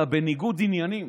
אתה בניגוד עניינים.